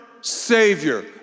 Savior